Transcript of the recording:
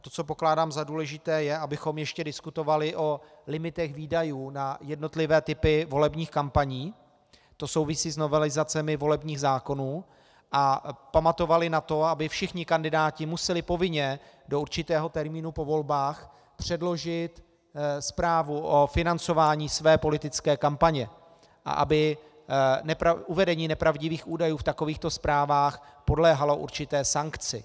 To, co pokládám za důležité, je, abychom ještě diskutovali o limitech výdajů na jednotlivé typy volebních kampaní, to souvisí s novelizacemi volebních zákonů, a pamatovali na to, aby všichni kandidáti museli povinně do určitého termínu po volbách předložit zprávu o financování své politické kampaně a aby uvedení nepravdivých údajů v takovýchto zprávách podléhalo určité sankci.